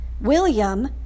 William